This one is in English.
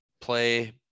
play